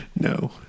No